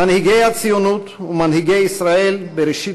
מנהיגי הציונות ומנהיגי ישראל בראשית